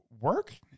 work